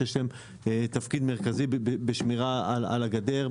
שיש להם תפקיד מרכזי בשמירה על הגדר,